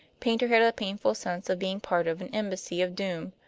paynter had a painful sense of being part of an embassy of doom.